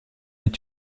est